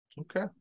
okay